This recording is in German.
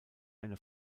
eine